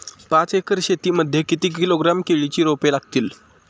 पाच एकर शेती मध्ये किती किलोग्रॅम केळीची रोपे लागतील?